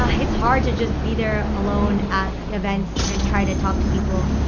ah it's hard to just be there alone at events and try to talk to people.